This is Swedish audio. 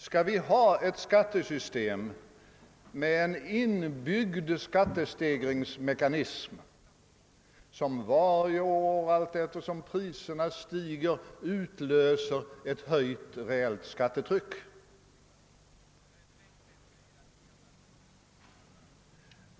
Skall vi ha ett skattesystem med en inbyggd <skattestegringsmekanism, som varje år allteftersom priserna stiger utlöser ett höjt skattetryck?